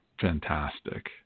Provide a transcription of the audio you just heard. fantastic